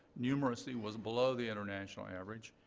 numeracy was below the international average.